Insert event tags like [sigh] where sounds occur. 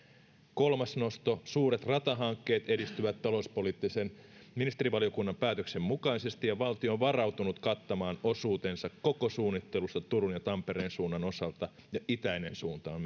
kolmas nosto suuret ratahankkeet edistyvät talouspoliittisen ministerivaliokunnan päätöksen mukaisesti ja valtio on varautunut kattamaan osuutensa koko suunnittelusta turun ja tampereen suunnan osalta ja myös itäinen suunta on [unintelligible]